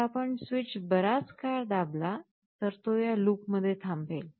जर आपण स्विच बराच काळ दाबला तर तो या लूपमध्ये थांबेल